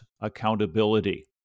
accountability